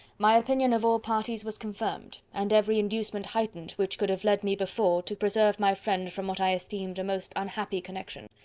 my opinion of all parties was confirmed, and every inducement heightened which could have led me before, to preserve my friend from what i esteemed a most unhappy connection.